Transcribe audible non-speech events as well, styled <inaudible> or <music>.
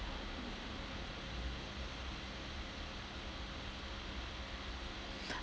<breath>